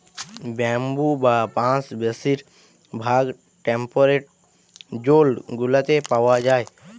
bamboo বা বাঁশ বেশির ভাগ টেম্পরেট জোল গুলাতে পাউয়া যায়